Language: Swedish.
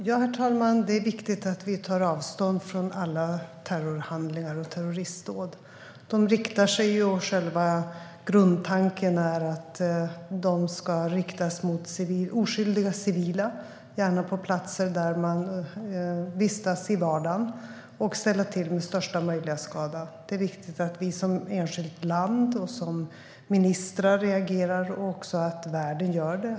Herr talman! Det är viktigt att vi tar avstånd från alla terrorhandlingar och terroristdåd. Själva grundtanken är att de ska riktas mot oskyldiga civila, gärna på platser där man vistas i vardagen, och ställa till med största möjliga skada. Det är viktigt att vi som enskilt land och som ministrar reagerar och också att världen gör det.